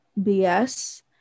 BS